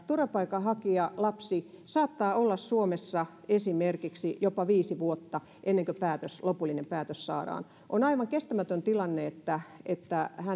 turvapaikanhakijalapsi saattaa olla suomessa esimerkiksi jopa viisi vuotta ennen kuin lopullinen päätös saadaan olen itse sitä mieltä että on aivan kestämätön tilanne että hän ei